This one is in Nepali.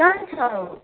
कहाँ छौ